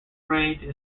range